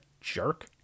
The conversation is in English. jerk